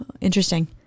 Interesting